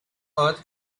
earth